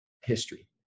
history